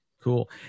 Cool